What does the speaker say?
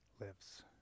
lives